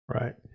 Right